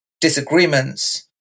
disagreements